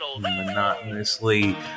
monotonously